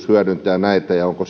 hyödyntää näitä ja onko